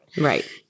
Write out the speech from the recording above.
Right